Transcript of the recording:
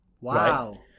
Wow